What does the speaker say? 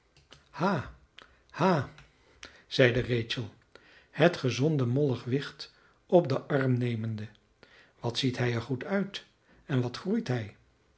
ha ha zeide rachel het gezonde mollige wicht op den arm nemende wat ziet hij er goed uit en wat groeit hij